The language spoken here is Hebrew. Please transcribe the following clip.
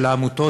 של העמותות,